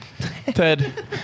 Ted